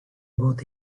both